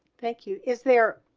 thank you is there